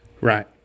Right